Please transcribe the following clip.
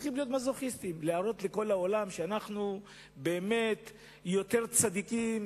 להראות לכל העולם שאנחנו באמת יותר צדיקים